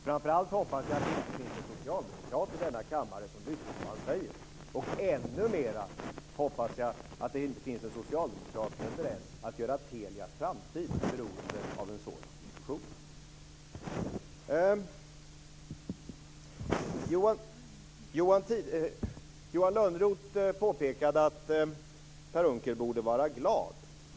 Framför allt hoppas jag att inga socialdemokrater i denna kammare lyssnar på det han säger. Ännu mer hoppas jag att det inte finns några socialdemokrater som är överens med honom om att göra Telias framtid beroende av en sådan diskussion. Johan Lönnroth påpekade att Per Unckel borde vara glad.